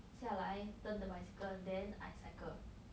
下来 turn the bicycle then I cycle